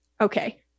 okay